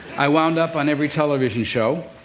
i wound up on every television show.